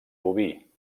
boví